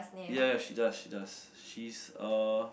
ya ya she does she does she's uh